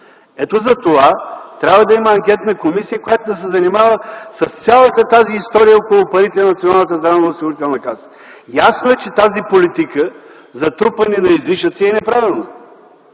за това трябва да има анкетна комисия, която да се занимае с цялата тази история около парите на Националната здравноосигурителна каса. Ясно е, че тази политика – за трупане на излишъци, е неправилна.